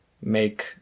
make